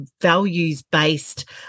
values-based